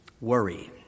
Worry